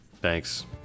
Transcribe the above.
Thanks